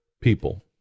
people